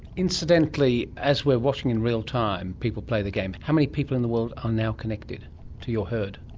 incidentally, as we're watching in real time people play the game, how many people in the world are now connected to your herd?